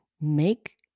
make